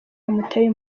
yamuteye